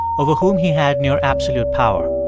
over whom he had near absolute power.